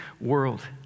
world